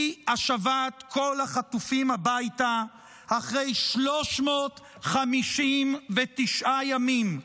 היא השבת כל החטופים הביתה אחרי 359 ימים.